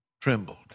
trembled